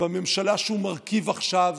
בממשלה שהוא מרכיב עכשיו,